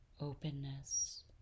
Openness